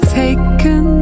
taken